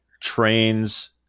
trains